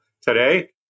today